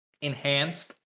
enhanced